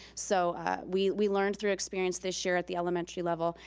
so we we learned through experience this year at the elementary level.